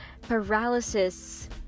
paralysis